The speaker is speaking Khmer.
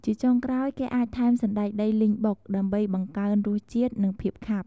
ជាចុងក្រោយ គេអាចថែមសណ្ដែកដីលីងបុក ដើម្បីបង្កើនរសជាតិ និងភាពខាប់។